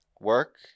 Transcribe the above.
work